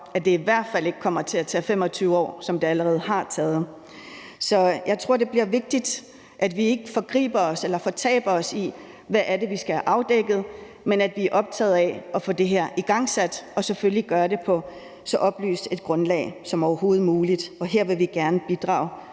at det i hvert fald ikke kommer til at tage 25 år, som det allerede har taget. Så jeg tror, det bliver vigtigt, at vi ikke fortaber os i, hvad det er, vi skal have afdækket, men at vi er optaget af at få det her igangsat og selvfølgelig gøre det på så oplyst et grundlag som overhovedet muligt, og her vil vi gerne bidrage